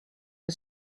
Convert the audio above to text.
for